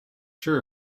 sure